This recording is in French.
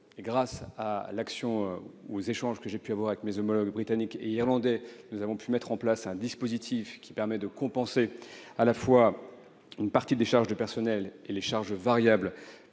grâce aux échanges que j'ai pu avoir avec mes homologues britanniques et irlandais, nous avons pu mettre en place un dispositif qui compense à la fois une partie des charges de personnel et les charges variables